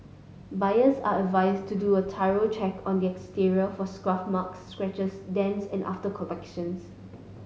buyers are advised to do a thorough check on the exterior for scuff marks scratches dents and after collections